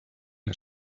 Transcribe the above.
der